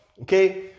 okay